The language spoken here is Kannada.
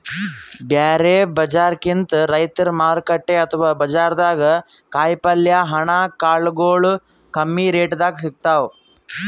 ಬ್ಯಾರೆ ಬಜಾರ್ಕಿಂತ್ ರೈತರ್ ಮಾರುಕಟ್ಟೆ ಅಥವಾ ಬಜಾರ್ದಾಗ ಕಾಯಿಪಲ್ಯ ಹಣ್ಣ ಕಾಳಗೊಳು ಕಮ್ಮಿ ರೆಟೆದಾಗ್ ಸಿಗ್ತಾವ್